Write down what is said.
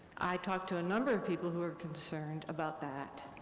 i talked to a number of people who are concerned about that.